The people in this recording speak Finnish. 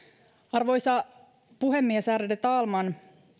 arvoisa puhemies ärade talman